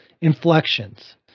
inflections